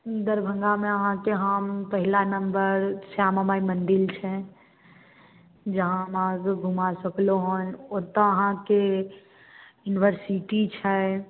दरभङ्गामे अहाँके हम पहिला नम्बर श्यामा माय मन्दिर छनि जहाँ हम अहाँकेँ घुमा सकलहुँ हन ओत्तऽ आहाँके यूनिवर्सिटी छै